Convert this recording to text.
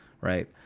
Right